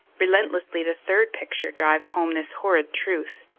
relentlessly the third picture drives home this horrid truth.